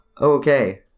Okay